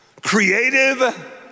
creative